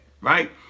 right